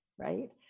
right